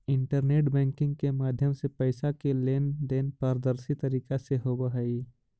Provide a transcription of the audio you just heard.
internet banking के माध्यम से पैइसा के लेन देन पारदर्शी तरीका से होवऽ हइ